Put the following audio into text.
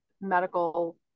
medical